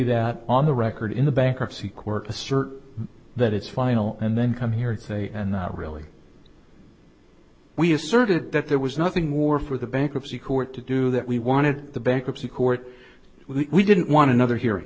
that on the record in the bankruptcy court assert that it's final and then come here and say and that really we asserted that there was nothing more for the bankruptcy court to do that we wanted the bankruptcy court we didn't want another he